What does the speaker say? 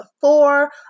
four